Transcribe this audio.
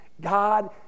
God